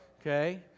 okay